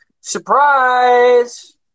surprise